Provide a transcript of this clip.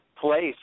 place